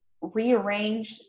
rearrange